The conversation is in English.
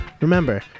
Remember